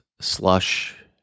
slush